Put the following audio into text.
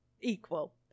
equal